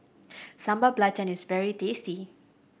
Sambal Belacan is very tasty